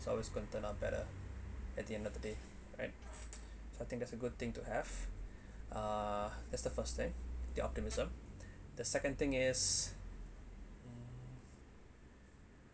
so always gonna turn out better at the end of the day right something that's a good thing to have uh that's the first thing the optimism the second thing is mm